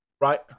Right